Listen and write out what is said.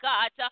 God